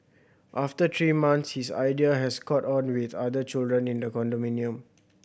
after three months his idea has caught on with other children in the condominium